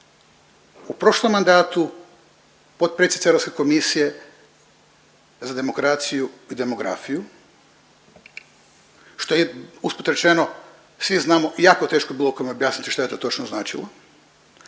u prošlom mandatu potpredsjednica Europske komisije za demokraciju i demografiju što je usput rečeno svi znamo jako teško bilo kome objasniti što je to točno značilo,